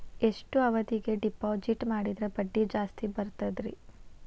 ಎಷ್ಟು ಅವಧಿಗೆ ಡಿಪಾಜಿಟ್ ಮಾಡಿದ್ರ ಬಡ್ಡಿ ಜಾಸ್ತಿ ಬರ್ತದ್ರಿ?